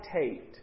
Tate